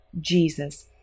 Jesus